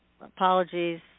apologies